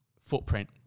footprint